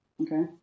Okay